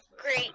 Great